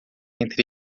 entre